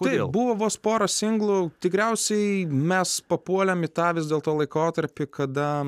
tai buvo vos porą singlų tikriausiai mes papuolėm į tą vis dėl to laikotarpį kada